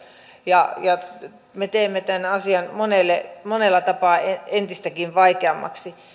ja ja me teemme tämän asian monella tapaa entistäkin vaikeammaksi